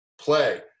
Play